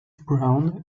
brown